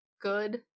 Good